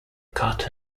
cut